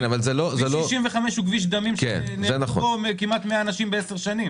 כביש 65 הוא כביש דמים שנהרגו בו כמעט מאה אנשים בעשר שנים.